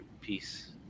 peace